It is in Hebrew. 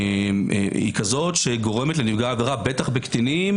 היא כזו שגורמת לנפגע העבירה בטח בקטינים